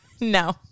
no